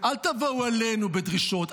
אל תבואו אלינו בדרישות.